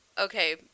okay